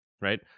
right